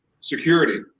security